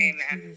Amen